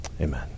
Amen